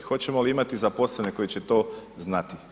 Hoćemo li imati zaposlene koji će to znati?